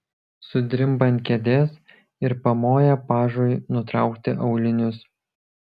sudrimba ant kėdės ir pamoja pažui nutraukti aulinius